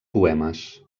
poemes